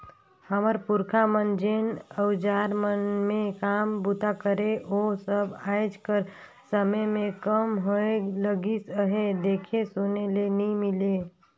हमर पुरखा मन जेन अउजार मन मे काम बूता करे ओ सब आएज कर समे मे कम होए लगिस अहे, देखे सुने ले नी मिले